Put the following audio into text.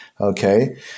Okay